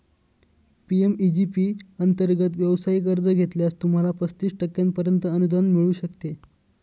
PMEG P अंतर्गत व्यवसाय कर्ज घेतल्यास, तुम्हाला पस्तीस टक्क्यांपर्यंत अनुदान मिळू शकते